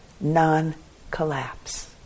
non-collapse